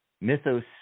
Mythos